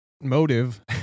motive